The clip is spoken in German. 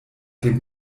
dem